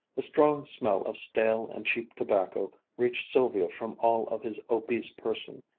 a strong smell of stale and cheap tobacco reached sylvia from all of his obese person,